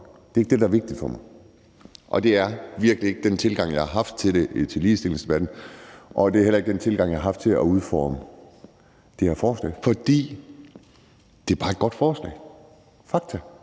Det er ikke det, der er vigtigt for mig, og det er virkelig ikke den tilgang, jeg har haft til ligestillingsdebatten, og det er heller ikke den tilgang, jeg har haft til at udforme det her forslag, for det er bare et godt forslag, det